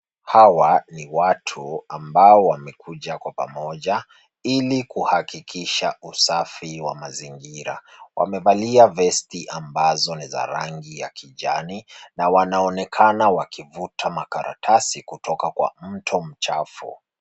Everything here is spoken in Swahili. Hawa ni watu ambao wamekua kwa pamoja, ili kuhakikisha usafi wa mazingira. Wamevalia vesti ambazo ni za rangi ya kijani na wanaonekana wakivuta makaratasi kutoka kwa mto mchafu.